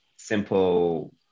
simple